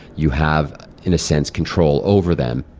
you have in a sense control over them.